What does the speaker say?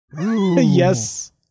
Yes